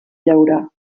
llaurar